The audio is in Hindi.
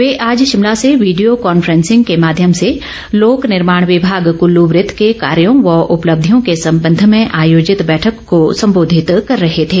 वे आज शिमला से वीडियो कॉनफेंसिंग के माध्यम से लोक निर्माण विभाग कुल्लू वृत के कार्यो व उपलब्धियों के संबंध में आयोजित बैठक को संबोधित कर रहे थे